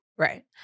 Right